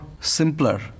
simpler